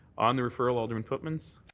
on the referral, alderman pootmans?